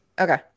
Okay